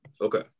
okay